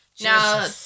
Now